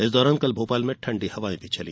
इस दौरान कल भोपाल में ठंडी हवाये भी चली